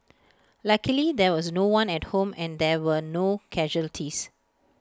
luckily there was no one at home and there were no casualties